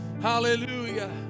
hallelujah